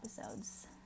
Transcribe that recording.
episodes